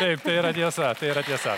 taip tai yra tiesa tai yra tiesa